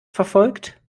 verfolgt